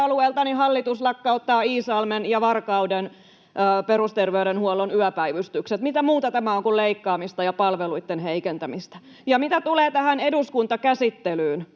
alueeltani hallitus lakkauttaa Iisalmen ja Varkauden perusterveydenhuollon yöpäivystykset — mitä muuta tämä on kuin leikkaamista ja palveluitten heikentämistä? Ja mitä tulee tähän eduskuntakäsittelyyn,